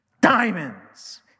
Diamonds